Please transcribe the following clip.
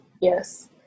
yes